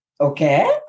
Okay